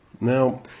Now